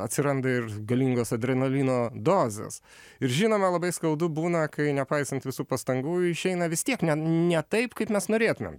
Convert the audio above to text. atsiranda ir galingos adrenalino dozės ir žinoma labai skaudu būna kai nepaisant visų pastangų išeina vis tiek ne ne taip kaip mes norėtumėm